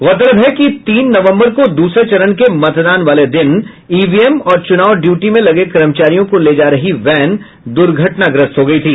गौरतलब है कि तीन नवंबर को दूसरे चरण के मतदान वाले दिन ईवीएम और चुनाव ड्यूटी में लगे कर्मचारियों को ले जा रही वैन दुर्घटनाग्रस्त हो गई थी